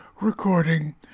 recording